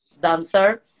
dancer